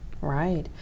right